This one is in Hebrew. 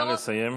נא לסיים.